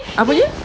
apa dia